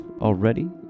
already